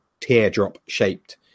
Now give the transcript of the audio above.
teardrop-shaped